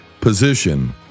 position